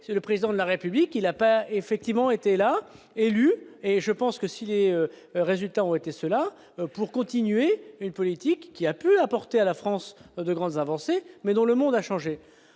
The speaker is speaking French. c'est le président de la République, il apparaît effectivement été là élu et je pense que si les résultats ont été cela pour continuer une politique qui a pu apporter à la France de grandes avancées, mais dans le monde a changé,